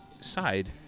side